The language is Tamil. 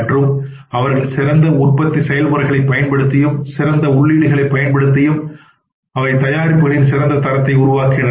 மற்றும் அவர்கள் சிறந்த உற்பத்தி செயல்முறைகளைப் பயன்படுத்தியும் சிறந்த உள்ளீடுகளைப் பயன்படுத்தியும் அவை தயாரிப்புகளின் சிறந்த தரத்தை உருவாக்குகின்றன